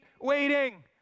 waiting